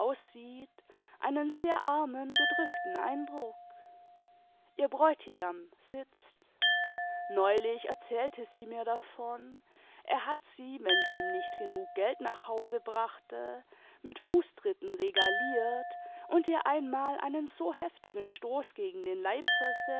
einen sehr armen gedrückten eindruck ihr bräutigam sitzt neulich erzählte sie nur davon er hat sie wenn sie ihm nicht genug geld nach haus brachte nut fußtritten regaliert und ihr emmal einen so heftigen stoß gegen den leib